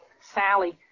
Sally